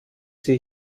sich